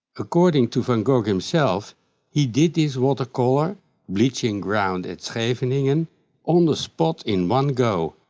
according to van gogh himself he did this watercolor bleaching ground at so scheveningen on the spot in one go,